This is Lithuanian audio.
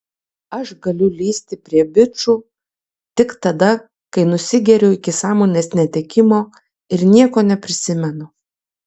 aš galiu lįsti prie bičų tik tada kai nusigeriu iki sąmonės netekimo ir nieko neprisimenu